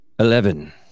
Eleven